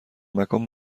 مکان